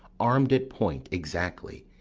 armed at point exactly,